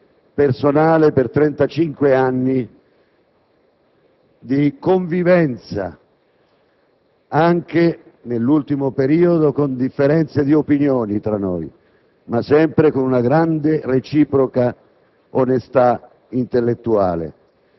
Debbo aggiungere un ringraziamento personale per trentacinque anni di convivenza, anche, nell'ultimo periodo, con differenze di opinioni tra noi, ma sempre con una grande, reciproca